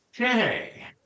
Okay